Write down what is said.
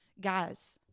Guys